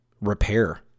repair